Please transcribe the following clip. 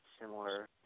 similar